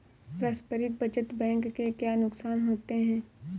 पारस्परिक बचत बैंक के क्या नुकसान होते हैं?